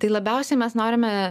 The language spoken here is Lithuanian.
tai labiausiai mes norime